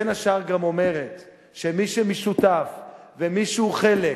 בין השאר זה גם אומר שמי שהוא שותף ומי שהוא חלק